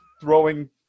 throwing